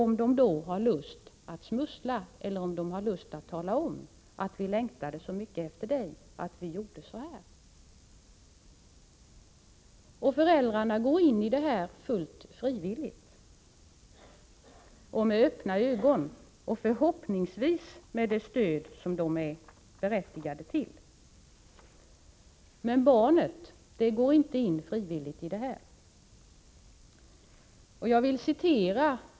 Kommer de då att vilja smussla, eller kommer de att ha lust att tala om att ”vi längtade så mycket efter dig att vi gjorde så här”? Föräldrarna går in i detta förhållande fullt frivilligt, med öppna ögon och förhoppningsvis med det stöd som de är berättigade till. Men barnet går inte in i detta frivilligt.